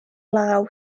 law